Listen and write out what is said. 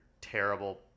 terrible